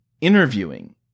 interviewing